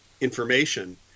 information